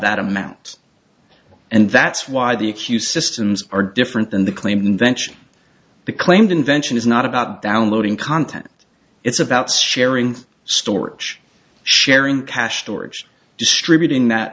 that amount and that's why the e q systems are different than the claimed invention the claimed invention is not about downloading content it's about sharing storage sharing cache storage distributing that